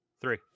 three